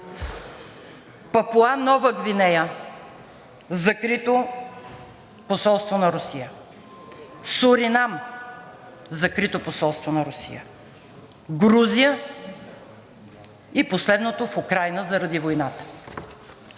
Папуа Нова Гвинея – закрито посолство на Русия. Суринам – закрито посолство на Русия. Грузия и последното в Украйна заради войната.